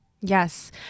yes